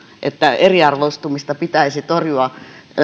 että eriarvoistumista pitäisi torjua